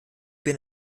bin